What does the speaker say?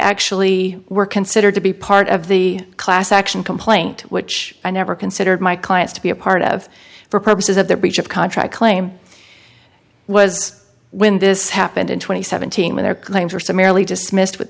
actually were considered to be part of the class action complaint which i never considered my clients to be a part of for purposes of their breach of contract claim was when this happened in twenty seventeen when their claims were summarily dismissed with